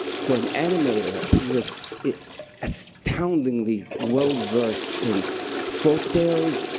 for an animator, he was astoundingly well-versed in folk tales,